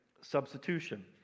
substitution